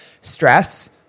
Stress